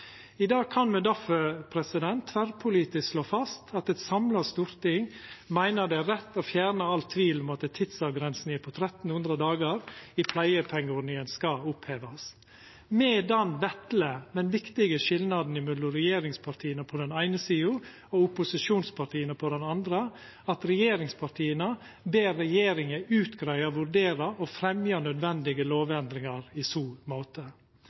I dag kan me difor tverrpolitisk slå fast at eit samla storting meiner det er rett å fjerna all tvil om at tidsavgrensinga på 1 300 dagar i pleiepengeordninga skal opphevast, med den vesle, men viktige skilnaden mellom regjeringspartia på den eine sida og opposisjonspartia på den andre om at regjeringspartia ber regjeringa utgreia, vurdera og fremja nødvendige lovendringar i så måte,